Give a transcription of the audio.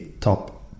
top